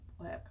work